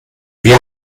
wir